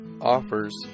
offers